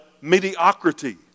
mediocrity